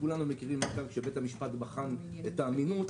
כולנו מכירים מצב שבו בית המשפט בחן את האמינות,